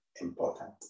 important